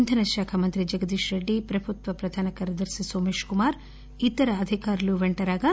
ఇంధన శాఖ మంత్రి జగదీష్ రెడ్డి ప్రభుత్వ ప్రధాన కార్యదర్తి నోమేష్ కు మార్ ఇతర అధికారులు పెంట రాగా